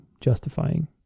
justifying